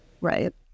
Right